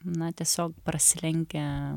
na tiesiog prasilenkia